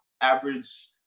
average